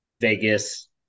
Vegas